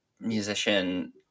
musician